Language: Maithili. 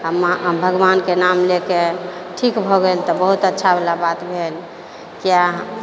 आ भगवानके नाम लऽ के ठीक भऽ गेल तऽ बहुत अच्छावला बात भेल किया